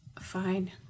Fine